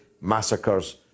massacres